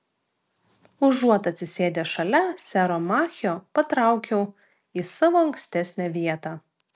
užuot atsisėdęs šalia sero machio patraukiau į savo ankstesnę vietą